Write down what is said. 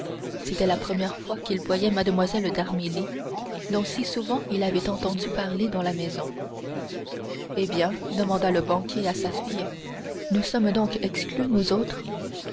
c'était la première fois qu'il voyait mlle d'armilly dont si souvent il avait entendu parler dans la maison eh bien demanda le banquier à sa fille nous sommes donc exclus nous autres